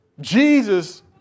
Jesus